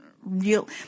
Real